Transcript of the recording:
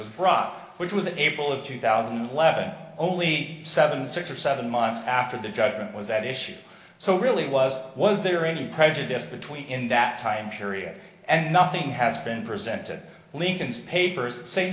was brought up which was unable of two thousand and eleven only seven six or seven months after the judgment was at issue so really was was there any prejudice between in that time period and nothing has been presented lincolns papers say